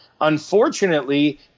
Unfortunately